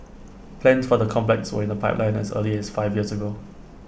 plans for the complex were in the pipeline as early as five years ago